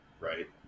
Right